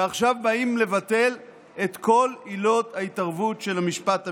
ועכשיו באים לבטל את כל עילות ההתערבות של המשפט המינהלי.